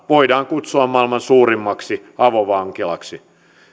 voidaan kutsua maailman suurimmaksi avovankilaksi